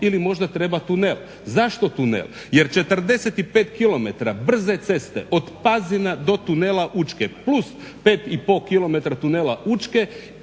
ili možda treba tunel? Zašto tunel? Jer 45 km brze ceste od Pazina do Tunela Učke plus 5,5 km Tunela Učke